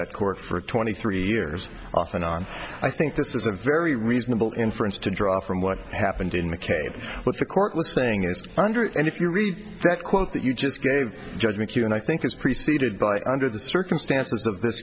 that court for twenty three years off and on i think this is a very reasonable inference to draw from what happened in the case what the court was saying is under it and if you read that quote that you just gave judgment you and i think it's preceded by under the circumstances of th